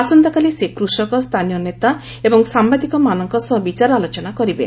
ଆସନ୍ତାକାଲି ସେ କୃଷକ ସ୍ଥାନୀୟ ନେତା ଏବଂ ସାମ୍ବାଦିକମାନଙ୍କ ସହ ବିଚାର ଆଲୋଚନା କରିବେ